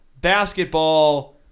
Basketball